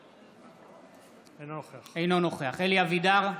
אינו נוכח אלי אבידר,